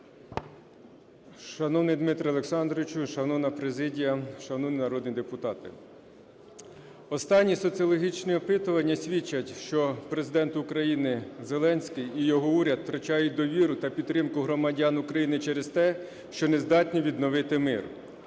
Шановний Дмитре Олександровичу, шановна президія, шановні народні депутати! Останні соціологічні опитування свідчать, що Президент України Зеленський і його уряд втрачають довіру та підтримку громадян України через те, що нездатні відтворити мир.